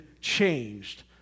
changed